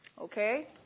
Okay